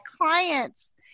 clients